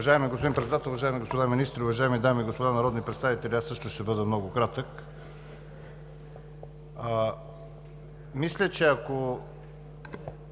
Уважаеми господин Председател, уважаеми господа министри, уважаеми дами и господа народни представители! Аз също ще бъда много кратък. Мисля, че ако